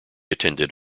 attended